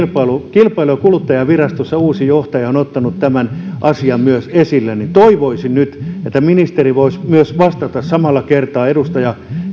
kilpailu ja kuluttajavirastossa uusi johtaja on ottanut tämän asian esille niin toivoisin nyt että ministeri voisi myös vastata samalla kertaa edustaja